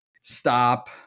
Stop